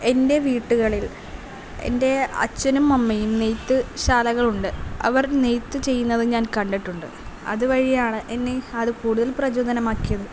എൻ്റെ വീടുകളിൽ എൻ്റെ അച്ഛനും അമ്മയും നെയ്ത്ത് ശാലകളുണ്ട് അവർ നെയ്ത്ത് ചെയ്യുന്നതും ഞാൻ കണ്ടിട്ടുണ്ട് അതുവഴിയാണ് എന്നെ അത് കൂടുതൽ പ്രചോദനമാക്കിയത്